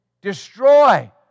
Destroy